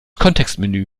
kontextmenü